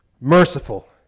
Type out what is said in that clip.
Merciful